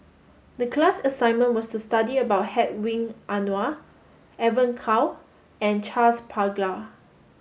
the class assignment was to study about Hedwig Anuar Evon Kow and Charles Paglar